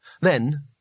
Then